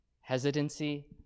Hesitancy